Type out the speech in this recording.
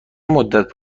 مدت